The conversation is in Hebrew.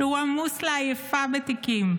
כשהוא עמוס לעייפה בתיקים,